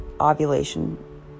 ovulation